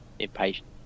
Impatient